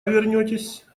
вернетесь